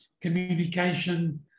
communication